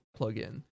plugin